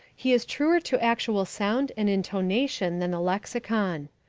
he is truer to actual sound and intonation than the lexicon.